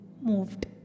moved